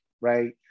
right